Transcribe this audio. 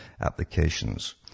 applications